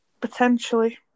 Potentially